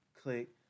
Click